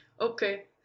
okay